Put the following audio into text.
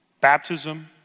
baptism